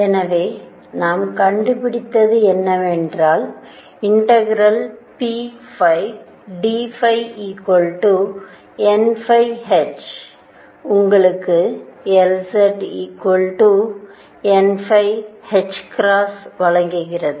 எனவே நாம் கண்டுபிடித்தது என்னவென்றால்∫pdϕ nh உங்களுக்கு Lzn வழங்குகிறது